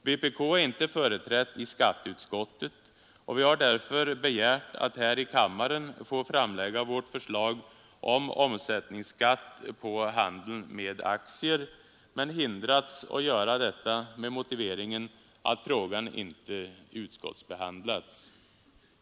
Vpk är inte företrätt i skatteutskottet och vi har därför begärt att här i kammaren få framlägga vårt förslag om omsättningsskatt på handeln med aktier men hindrats att göra detta med motiveringen att frågan inte utskottsbehandlats.